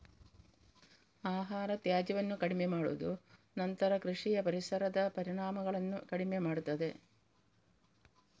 ಆಹಾರ ತ್ಯಾಜ್ಯವನ್ನು ಕಡಿಮೆ ಮಾಡುವುದು ನಂತರ ಕೃಷಿಯ ಪರಿಸರದ ಪರಿಣಾಮಗಳನ್ನು ಕಡಿಮೆ ಮಾಡುತ್ತದೆ